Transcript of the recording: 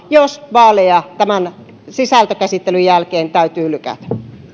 jos vaaleja tämän sisältökäsittelyn jälkeen täytyy lykätä